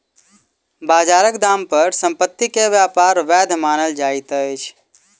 बजारक दाम पर संपत्ति के व्यापार वैध मानल जाइत अछि